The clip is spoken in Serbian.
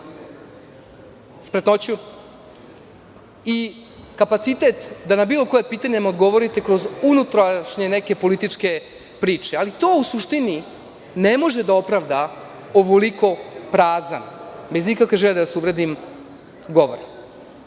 spretnoću i kapacitet da na bilo koje pitanje odgovorite kroz unutrašnje neke političke priče, ali to u suštini ne može da opravda ovoliko prazan, bez ikakve želje da vas uvredim,